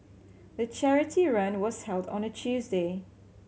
the charity run was held on a Tuesday